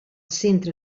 centre